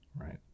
Right